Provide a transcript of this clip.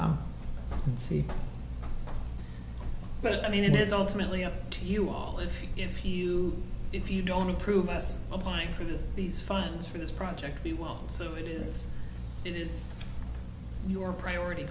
and see but i mean it is alternately up to you all if you if you if you don't approve as applying for this these funds for this project be well so it is it is your priority